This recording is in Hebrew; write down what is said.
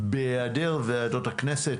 בהיעדר ועדות הכנסת,